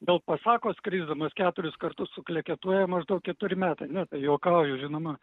gal pasako skrisdamas keturis kartus su kleketuoja maždaug keturi metai ne tai juokauju žinoma